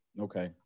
Okay